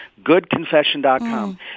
goodconfession.com